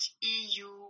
EU